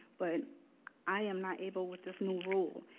but i am not able, with this new rule,